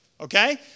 Okay